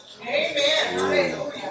Amen